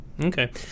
Okay